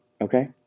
okay